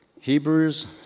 Hebrews